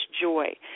joy